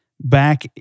back